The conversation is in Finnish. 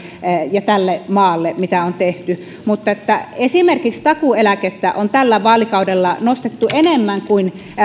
ja tälle maalle mitä on tehty mutta esimerkiksi takuueläkettä on tällä vaalikaudella nostettu enemmän kuin